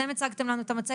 אתם הצגתם לנו את המצגת,